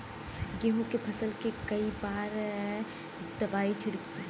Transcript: गेहूँ के फसल मे कई बार दवाई छिड़की?